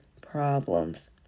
problems